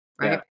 Right